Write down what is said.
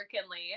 Kinley